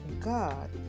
God